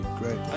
great